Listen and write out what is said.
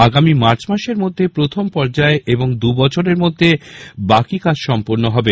আগামী মার্চ মাসের মধ্যে প্রথম পর্যায় এবং দু বছরের মধ্যে বাকি কাজ সম্পূর্ণ হবে